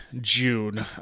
June